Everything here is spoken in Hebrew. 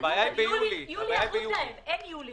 אני הייתי בקואליציה בכנסת ה-20, היו פה